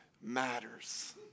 matters